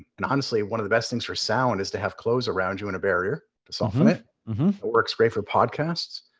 and honestly, one of the best things for sound is to have clothes around you in a barrier to soften it. it works great for podcasts.